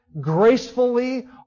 gracefully